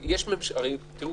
תראו,